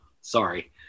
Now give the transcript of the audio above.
sorry